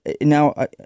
now